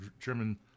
German